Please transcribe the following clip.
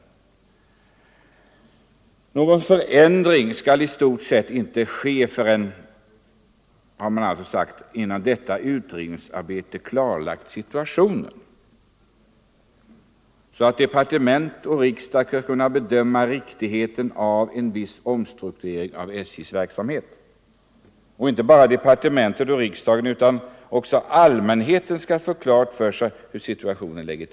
Man har alltså sagt att någon förändring i stort sett inte skall ske förrän detta utredningsarbete klarlagt situationen så att departement och riksdag skall kunna bedöma riktigheten av en viss omstrukturering av SJ:s verksamhet. Inte bara departement och riksdag utan också allmänheten skall få klart för sig hur situationen är.